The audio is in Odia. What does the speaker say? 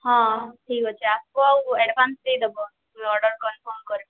ହଁ ଠିକ ଅଛେ ଆସ୍ବ ଆଉ ଏଡ଼ଭାନ୍ସ ଦେଇ ଦବ ମୁଇଁ ଅର୍ଡ଼ର କନଫର୍ମ କର୍ମି